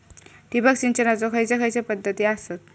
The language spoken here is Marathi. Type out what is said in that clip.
ठिबक सिंचनाचे खैयचे खैयचे पध्दती आसत?